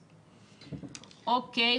אוקיי,